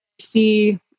see